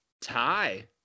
tie